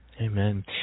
Amen